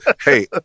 Hey